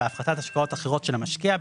בהפחתת השקעות אחרות של המשקיע,